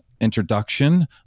introduction